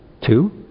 Two